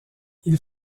ils